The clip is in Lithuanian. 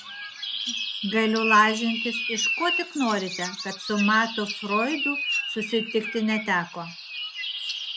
galiu lažintis iš ko tik norite kad su matu froidui susitikti neteko